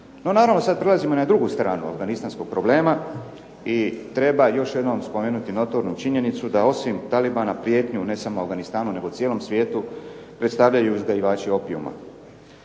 No naravno sad prelazimo na drugu stranu afganistanskog problema i treba još jednom spomenuti notornu činjenicu da osim talibana prijetnju ne samo u Afganistanu nego u cijelom svijetu predstavljaju uzgajivači opijuma.